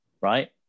right